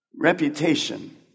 Reputation